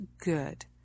good